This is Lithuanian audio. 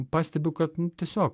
pastebiu kad nu tiesiog